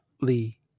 Lee